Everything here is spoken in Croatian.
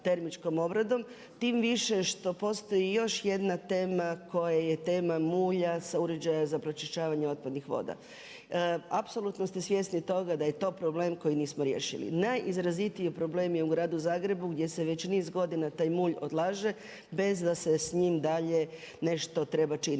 termičkom obradom tim više što postoji još jedna tema koja je tema mulja, uređaja za pročišćavanje otpadnih voda. Apsolutno ste svjesni toga da je to problem koji nismo riješili. Najizrazitiji problem je u gradu Zagrebu gdje se već niz godina taj mulj odlaže bez da se s njim dalje nešto treba činiti,